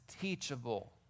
teachable